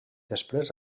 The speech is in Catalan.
després